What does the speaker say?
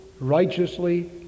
righteously